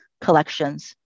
collections